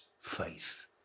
faith